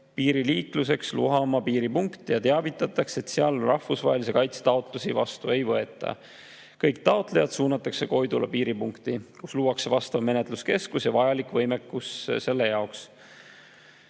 piiriliikluseks Luhamaa piiripunkt ja teavitatakse, et seal rahvusvahelise kaitse taotlusi vastu ei võeta. Kõik taotlejad suunatakse Koidula piiripunkti, kus luuakse vastav menetluskeskus ja vajalik võimekus selle jaoks.